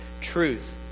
truth